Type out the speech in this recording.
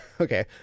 Okay